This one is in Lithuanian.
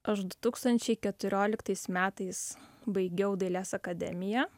aš du tūkstančiai keturioliktais metais baigiau dailės akademiją